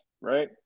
right